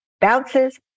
bounces